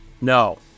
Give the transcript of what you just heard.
No